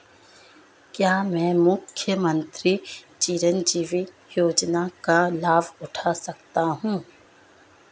क्या मैं मुख्यमंत्री चिरंजीवी योजना का लाभ उठा सकता हूं?